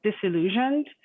disillusioned